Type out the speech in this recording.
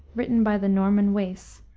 written by the norman wace,